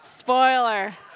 Spoiler